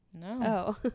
No